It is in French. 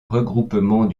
regroupement